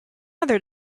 other